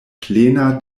plena